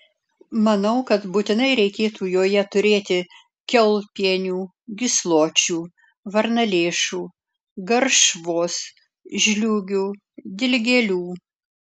manau kad būtinai reikėtų joje turėti kiaulpienių gysločių varnalėšų garšvos žliūgių dilgėlių